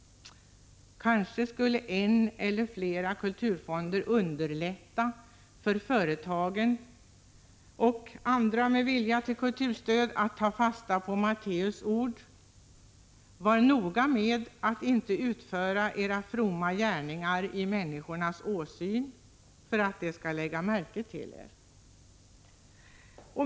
Kanske skulle en eller flera kulturfonder underlätta för företagen och andra med vilja till kulturstöd att ta fasta på Matteus ord: Var noga med att inte utföra era fromma gärningar inför människorna, för att de skall lägga märke till er.